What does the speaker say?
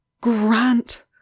Grant